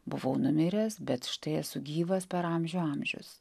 buvau numiręs bet štai esu gyvas per amžių amžius